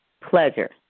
pleasure